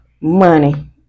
money